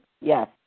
Yes